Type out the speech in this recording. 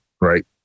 right